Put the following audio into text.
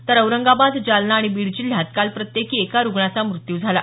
तर औरंगाबाद जालना आणि बीड जिल्ह्यात काल प्रत्येकी एका रुग्णाचा मृत्यू झाला